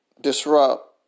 disrupt